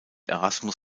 erasmus